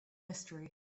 mystery